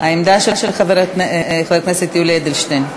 העמדה של חבר הכנסת יולי אדלשטיין.